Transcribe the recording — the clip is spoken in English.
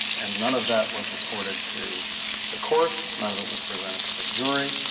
and none of that was reported to the court, none of it was presented to the jury,